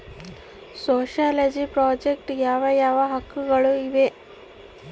Social project ಯಾವ ಯಾವ ಹಕ್ಕುಗಳು ಇವೆ?